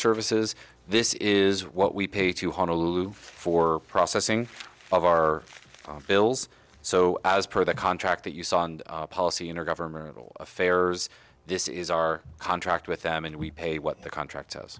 services this is what we pay to honolulu for processing of our bills so as per the contract that you saw on policy in our governmental affairs this is our contract with them and we pay what the contract